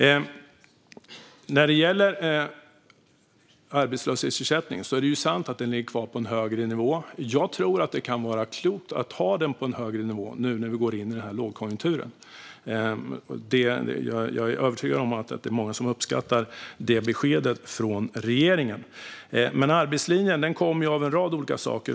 Det är sant att arbetslöshetsersättningen ligger kvar på en högre nivå. Jag tror att det kan vara klokt att ha den på en högre nivå nu när vi går in i en lågkonjunktur. Jag är övertygad om att det är många som uppskattar det beskedet från regeringen. Men arbetslinjen kommer av en rad olika saker.